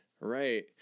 Right